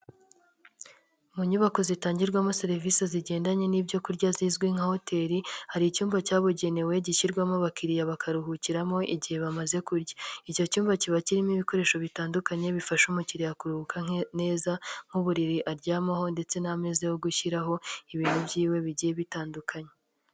Mu nyubako zitangirwamo serivisi zigendanye n'ibyo kurya zizwi nka hoteri, hari icyumba cyabugenewe gishyirwamo abakiriya bakaruhukiramo igihe bamaze kurya. Icyo cyumba kiba kirimo ibikoresho bitandukanye bifasha umukiriya kuruhuka neza nk'uburiri aryamaho ndetse n'ameza yo gushyiraho ibintu by'iwe bigiye bitandukanye.